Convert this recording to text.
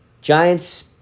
Giants